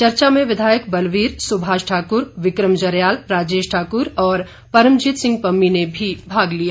चर्चा में विधायक बलवीर सुभाष ठाकुर विक्रम जरयालराजेश ठाक्र और पमरजीत सिह पम्मी ने भी भाग लिया